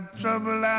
trouble